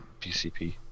PCP